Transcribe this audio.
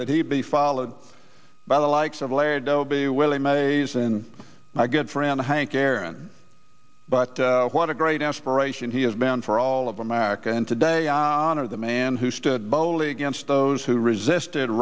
that he'd be followed by the likes of ledo be willing maids in my good friend hank aaron but what a great inspiration he has been for all of america and today honor the man who stood boldly against those who resisted